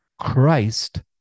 Christ